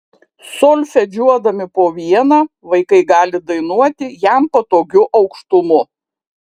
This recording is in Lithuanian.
solfedžiuodami po vieną vaikai gali dainuoti jam patogiu aukštumu